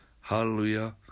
hallelujah